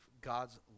God's